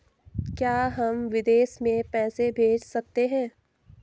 क्या हम विदेश में पैसे भेज सकते हैं?